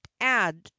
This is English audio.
add